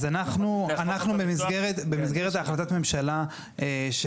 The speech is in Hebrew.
אז אנחנו, אנחנו במסגרת החלטת הממשלה של